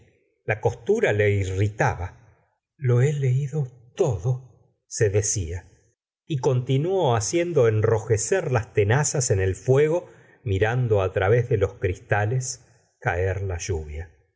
la costura la irritaba lo he leido todose decía y continuó haciendo enrojecer las tenazas en el fuego mirando través de los cristales caer la lluvia